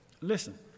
Listen